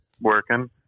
Working